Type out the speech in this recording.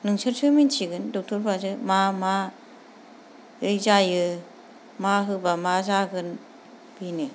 नोंसोरसो मिन्थिगोन डक्टरफोरासो मा माबोरै जायो मा होब्ला मा जागोन बेनो